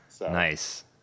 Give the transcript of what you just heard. Nice